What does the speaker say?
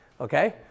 Okay